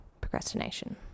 procrastination